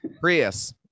Prius